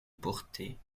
portée